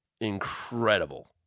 incredible